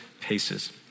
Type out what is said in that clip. paces